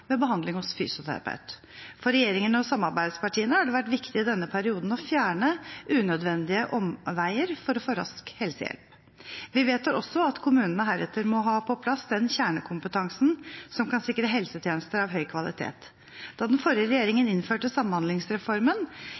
til behandling hos fysioterapeut. For regjeringen og samarbeidspartiene har det vært viktig i denne perioden å fjerne unødvendige omveier for å få rask helsehjelp. Vi vedtar også at kommunene heretter må ha på plass den kjernekompetansen som kan sikre helsetjenester av høy kvalitet. Da den forrige regjeringen innførte